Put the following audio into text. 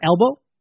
elbow